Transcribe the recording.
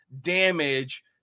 damage